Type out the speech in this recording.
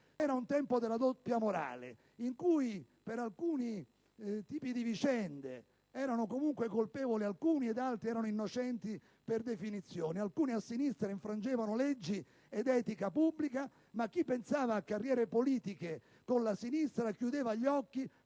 C'era un tempo della doppia morale, in cui, per alcuni tipi di vicende, erano comunque colpevoli alcuni ed altri erano innocenti per definizione; alcuni a sinistra infrangevano leggi ed etica pubblica, ma chi pensava a carriere politiche con la sinistra chiudeva gli occhi,